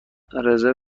رزرو